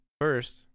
first